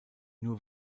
nur